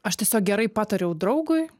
aš tiesiog gerai patariau draugui